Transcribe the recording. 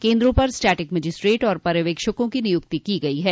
केन्द्रों पर static magistrate और पर्यवेक्षकों की तैनाती की गयी है